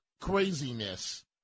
craziness